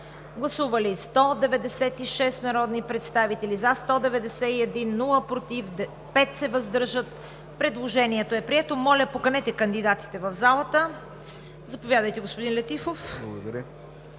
Гласували 196 народни представители: за 191, против няма, въздържали се 5. Предложението е прието. Моля, поканете кандидатите в залата. Заповядайте, господин Летифов. ДОКЛАДЧИК